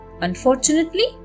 Unfortunately